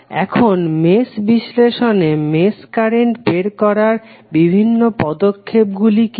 এখন মেশ বিশ্লেষণে mesh current বের করার বিভিন্ন পদক্ষেপ গুলি কি কি